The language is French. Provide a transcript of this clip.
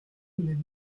une